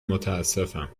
متاسفم